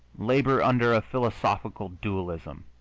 labor under a philosophical dualism,